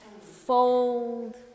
fold